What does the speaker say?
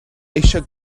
eisiau